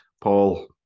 Paul